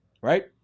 right